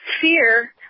fear